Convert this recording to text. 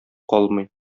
калмый